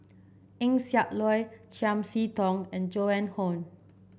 Eng Siak Loy Chiam See Tong and Joan Hon